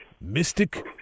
Mystic